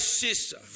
sister